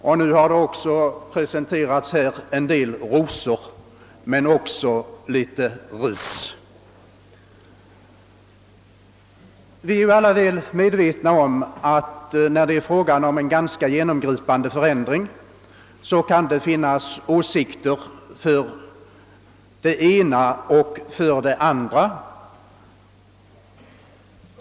Även vid behandlingen av nu förevarande ärende har hon överräckt en del rosor, om de också varit blandade med litet ris. Vid alla genomgripande förändringar brukar åsikterna som bekant vara delade.